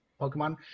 pokemon